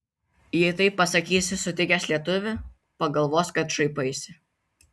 jei taip pasakysi sutikęs lietuvį pagalvos kad šaipaisi